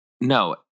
no